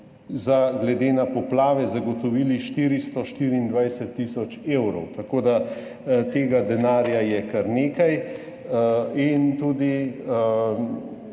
smo glede na poplave zagotovili 424 tisoč evrov, tako da tega denarja je kar nekaj. Tudi